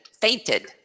Fainted